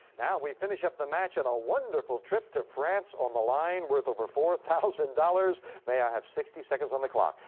now, we finish up the match in a wonderful trip to france on the line worth over four thousand dollars. may i have sixty seconds on the clock?